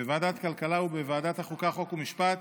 בוועדת הכלכלה ובוועדת החוקה, חוק ומשפט